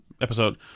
episode